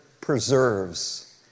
preserves